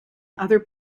other